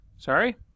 Sorry